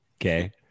Okay